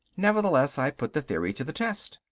nevertheless i put the theory to the test.